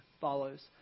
follows